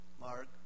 Mark